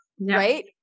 Right